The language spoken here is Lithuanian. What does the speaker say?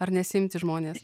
ar nesiimti žmonės